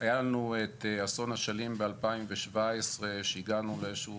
היה לנו את אסון אשלים ב-2017 שהגענו לאיזשהו